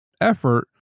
effort